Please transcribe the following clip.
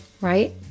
right